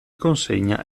consegna